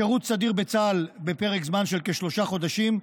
שירות סדיר בצה"ל בפרק זמן של כשלושה חודשים,